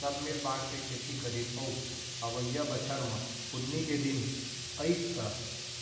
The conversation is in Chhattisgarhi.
सब मिल बांट के खेती करीन अउ अवइया बछर म पुन्नी के दिन अइस त